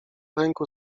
ręku